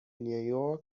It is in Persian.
نیویورک